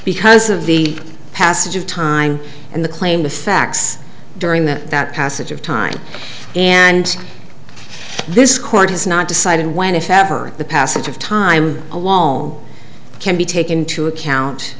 because of the passage of time and the claim of facts during that that passage of time and this court has not decided when if ever the passage of time alone can be taken into account